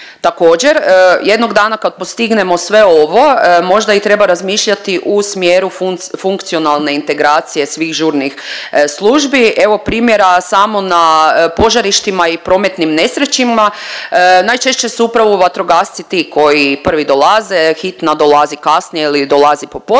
Također jednog dana kad postignemo sve ovo možda i treba razmišljati u smjeru funkcionalne integracije svih žurnih službi. Evo primjera samo na požarištima i prometnim nesrećama, najčešće su upravo vatrogasci ti koji prvi dolaze, hitna dolazi kasnije ili dolazi po potrebi,